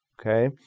okay